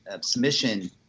submission